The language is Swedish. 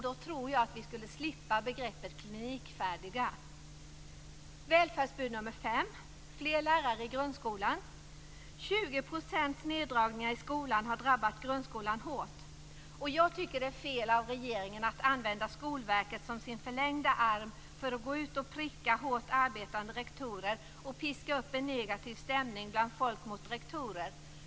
Då tror jag att vi skulle slippa begreppet klinikfärdiga. Välfärdsbud nummer fem: fler lärare i grundskolan. 20 % neddragningar i skolan har drabbat grundskolan hårt. Jag tycker att det är fel av regeringen att använda Skolverket som sin förlängda arm för att gå ut och pricka hårt arbetande rektorer och piska upp en negativ stämning bland folk mot rektorer.